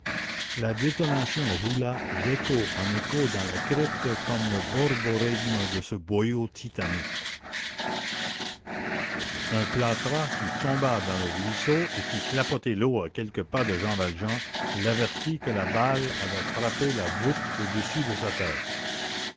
la détonation roula d'écho en écho dans la crypte comme le borborygme de ce boyau titanique un plâtras qui tomba dans le ruisseau et fit clapoter l'eau à quelques pas de jean valjean l'avertit que la balle avait frappé la voûte au-dessus de sa tête